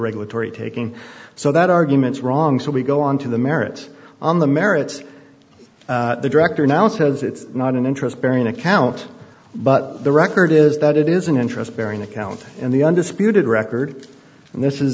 regulatory taking so that argument's wrong so we go on to the merits on the merits the director now says it's not an interest bearing account but the record is that it is an interest bearing account in the undisputed record and this is